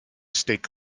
stick